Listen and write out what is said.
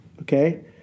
Okay